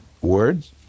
words